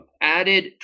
added